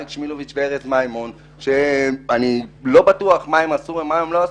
מדובר באריק שמילוביץ וארז מימון שאני לא בטוח מה הם עשו או לא,